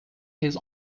his